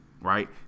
right